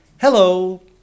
hello